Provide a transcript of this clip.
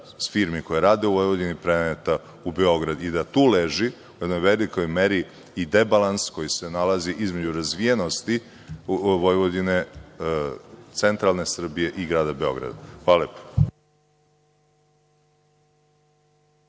firmi koja rade u Vojvodini preneta u Beograd i da tu leži u jednoj velikoj meri i debalans koji se nalazi između razvijenosti Vojvodine, centralne Srbije i grada Beograda. Hvala lepo.